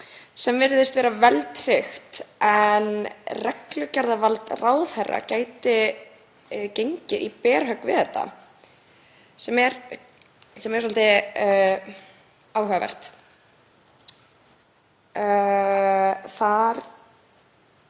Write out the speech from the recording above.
sem virðast vera vel tryggð en reglugerðarvald ráðherra gæti gengið í berhögg við þetta sem er svolítið áhugavert. Þar